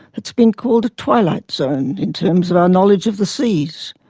that's been called a twilight zone in terms of our knowledge of the seas.